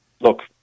look